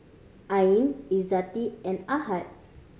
Ain Izzati and Ahad